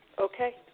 Okay